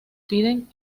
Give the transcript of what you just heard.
piden